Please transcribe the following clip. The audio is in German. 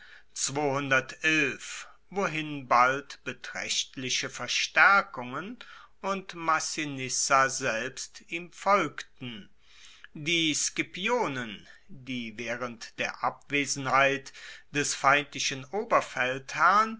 wohin bald betraechtliche verstaerkungen und massinissa selbst ihm folgten die scipionen die waehrend der abwesenheit des feindlichen